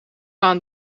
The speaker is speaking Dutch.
aan